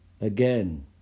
Again